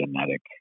genetic